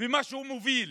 ומה שהוא מוביל.